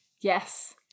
Yes